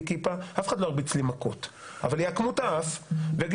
אף אחד לא ירביץ לי מכות אבל יעקמו את האף ויגידו,